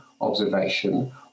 observation